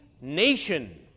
nation